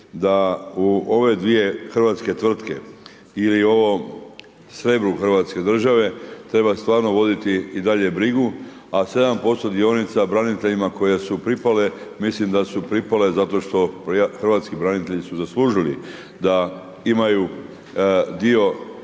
da u ove dvije hrvatske tvrtke, ili ovom srebru hrvatske države treba stvarno voditi i dalje brigu, a 7% dionica braniteljima koje su pripale, mislim da su pripale zato što hrvatski branitelji su zaslužili da imaju dio